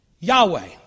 Yahweh